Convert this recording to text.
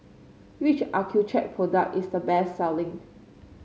which Accucheck product is the best selling